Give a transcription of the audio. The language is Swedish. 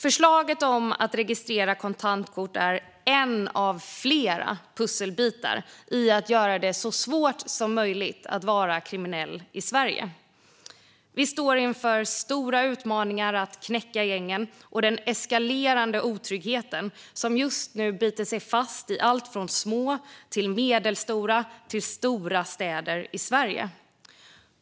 Förslaget om att registrera kontantkort är en av flera pusselbitar i att göra det så svårt som möjligt att vara kriminell i Sverige. Vi står inför stora utmaningar för att knäcka gängen och den eskalerande otrygghet som just nu biter sig fast i allt från små till mellanstora och stora städer i Sverige.